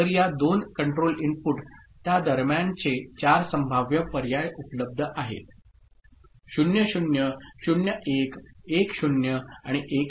तर या दोन कंट्रोल इनपुट त्या दरम्यानचे 4 संभाव्य पर्याय उपलब्ध आहेत 00 01 10 आणि 11